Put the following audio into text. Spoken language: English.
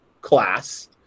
class